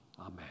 Amen